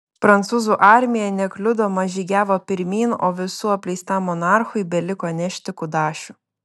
prancūzų armija nekliudoma žygiavo pirmyn o visų apleistam monarchui beliko nešti kudašių